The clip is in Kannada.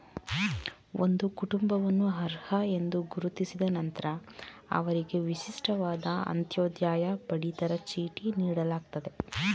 ಒಂದು ಕುಟುಂಬವನ್ನು ಅರ್ಹ ಎಂದು ಗುರುತಿಸಿದ ನಂತ್ರ ಅವ್ರಿಗೆ ವಿಶಿಷ್ಟವಾದ ಅಂತ್ಯೋದಯ ಪಡಿತರ ಚೀಟಿ ನೀಡಲಾಗ್ತದೆ